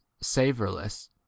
savorless